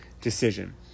decision